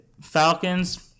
Falcons